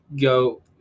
go